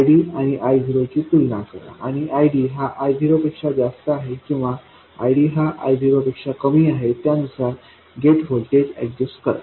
ID आणि I0 ची तुलना करा आणि ID हा I0 पेक्षा जास्त आहे किंवा ID हा I0 पेक्षा कमी आहे त्यानुसार गेट व्होल्टेज VG ऍडजेस्ट करा